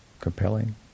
compelling